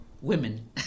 women